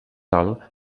alt